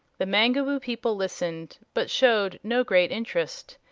the mangaboo people listened, but showed no great interest.